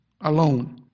alone